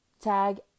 tag